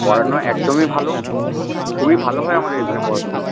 পড়ানো একদমই ভালো খুবই ভালো হয় আমাদের এখানে পড়াশুনা